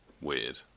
Weird